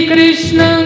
Krishna